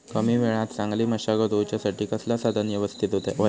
कमी वेळात चांगली मशागत होऊच्यासाठी कसला साधन यवस्तित होया?